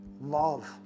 love